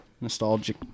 nostalgic